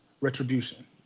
retribution